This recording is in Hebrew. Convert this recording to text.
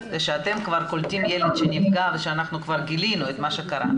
שאתם כבר קולטים ילד שנפגע ושאנחנו כבר גילינו את מה שקרה.